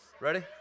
Ready